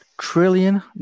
Trillion